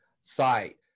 site